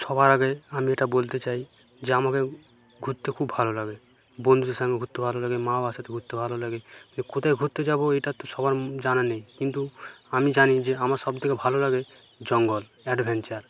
সবার আগে আমি এটা বলতে চাই যে আমাকে ঘুরতে খুব ভালো লাগে বন্ধুদের সঙ্গে ঘুরতে ভালো মা বাবার সাথে ঘুরতে ভালো লাগে কিন্তু কোথায় ঘুরতে যাবো এটা তো সবার জানা নেই কিন্তু আমি জানি যে আমার সব থেকে ভালো লাগে জঙ্গল অ্যাডভেঞ্চার